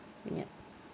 ya